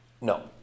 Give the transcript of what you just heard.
no